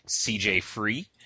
CJ-free